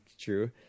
true